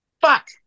Fuck